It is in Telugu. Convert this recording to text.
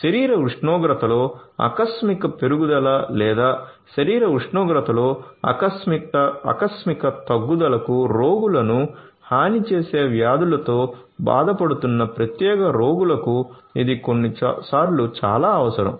శరీర ఉష్ణోగ్రతలో ఆకస్మిక పెరుగుదల లేదా శరీర ఉష్ణోగ్రతలో ఆకస్మిక తగ్గుదలకు రోగులను హాని చేసే వ్యాధులతో బాధపడుతున్న ప్రత్యేక రోగులకు ఇది కొన్నిసార్లు చాలా అవసరం